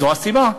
זו הסיבה.